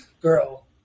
girl